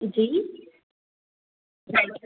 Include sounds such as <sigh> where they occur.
जी <unintelligible>